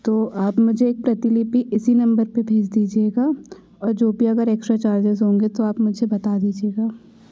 तो आप मुझे एक प्रतिलिपि इसी नंबर पर भेज दीजिएगा और जो भी अगर एक्स्ट्रा चार्जेज होंगे तो आप मुझे बता दीजिएगा